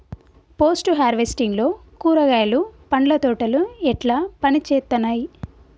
Post harvesting లో కూరగాయలు పండ్ల తోటలు ఎట్లా పనిచేత్తనయ్?